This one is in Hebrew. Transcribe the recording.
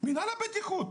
מנהל הבטיחות.